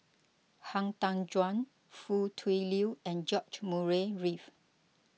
Han Tan Juan Foo Tui Liew and George Murray Reith